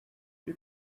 you